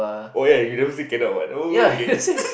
oh ya you now still cannot what okay